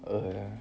oh